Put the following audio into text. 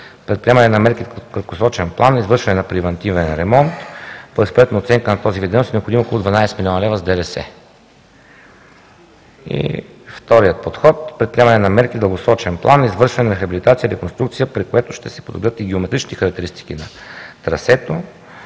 Предприемане на мерки в краткосрочен план, извършване на превантивен ремонт. По експертна оценка на този вид дейност, са необходими около 12 млн. лв. с ДДС. Вторият подход – предприемане на мерки в дългосрочен план, извършване на рехабилитация, реконструкция, при което ще се подобрят и геометричните характеристики на трасето